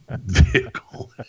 vehicle